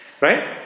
Right